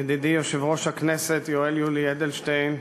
ידידי יושב-ראש הכנסת יולי יואל אדלשטיין,